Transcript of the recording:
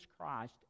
Christ